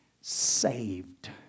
saved